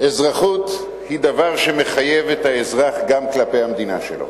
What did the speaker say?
אזרחות היא דבר שמחייב את האזרח כלפי המדינה שלו.